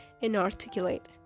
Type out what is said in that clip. inarticulate